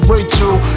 Rachel